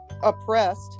Oppressed